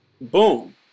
boom